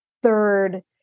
third